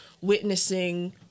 witnessing